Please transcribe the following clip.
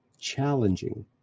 challenging